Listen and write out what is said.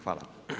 Hvala.